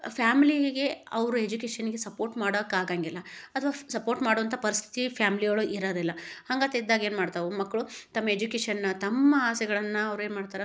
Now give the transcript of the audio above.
ಫ್ಯಾಮಿಲಿಗೆ ಅವರು ಎಜುಕೇಶನ್ನಿಗೆ ಸಪೋರ್ಟ್ ಮಾಡೋಕ್ಕಾಗಂಗಿಲ್ಲ ಅಥ್ವಾ ಸಪೋರ್ಟ್ ಮಾಡೊಂಥ ಪರಿಸ್ಥಿತಿ ಫ್ಯಾಮ್ಲಿ ಒಳಗೆ ಇರೋದಿಲ್ಲ ಹಾಗಂತಿದ್ದಾಗ್ ಏನು ಮಾಡ್ತಾವೆ ಮಕ್ಕಳು ತಮ್ಮ ಎಜುಕೇಶನ್ ತಮ್ಮ ಆಸೆಗಳನ್ನು ಅವ್ರೇನು ಮಾಡ್ತಾರೆ